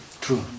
True